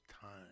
time